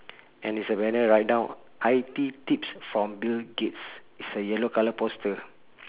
and there'e a banner write down I_T tips from bill gates it's a yellow colour poster